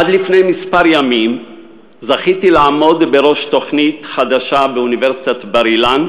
עד לפני כמה ימים זכיתי לעמוד בראש תוכנית חדשה באוניברסיטת בר-אילן,